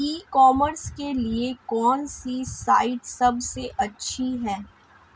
ई commerce के लिए कौनसी साइट सबसे अच्छी है?